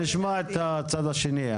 נשמע את הצד השני.